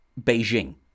Beijing